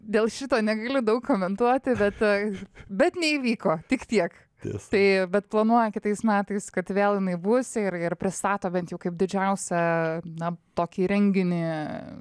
dėl šito negaliu daug komentuoti bet bet neįvyko tik tiek tai bet planuoja kitais metais kad vėl jinai bus ir ir pristato bent jau kaip didžiausią na tokį renginį